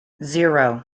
zero